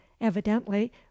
evidently